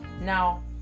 now